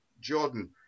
Jordan